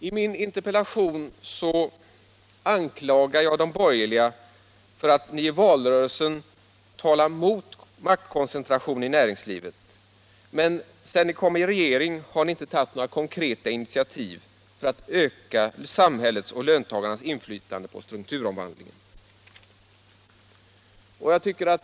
I min interpellation anklagar jag er borgerliga för att ni i valrörelsen har talat mot maktkoncentration i näringslivet men sedan ni kom i regering inte har tagit några konkreta initiativ för att öka samhällets och löntagarnas inflytande på strukturomvandlingen.